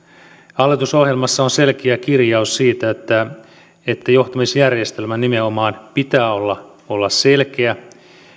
hallitusohjelmassa on selkeä kirjaus siitä että että johtamisjärjestelmän nimenomaan pitää olla olla selkeä